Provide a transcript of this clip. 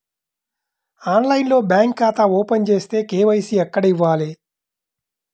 ఆన్లైన్లో బ్యాంకు ఖాతా ఓపెన్ చేస్తే, కే.వై.సి ఎక్కడ ఇవ్వాలి?